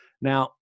Now